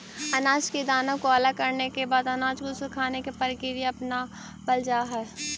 अनाज के दाना को अलग करने के बाद अनाज को सुखाने की प्रक्रिया अपनावल जा हई